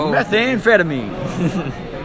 Methamphetamine